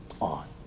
on